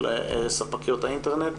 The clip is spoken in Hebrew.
של ספקיות האינטרנט,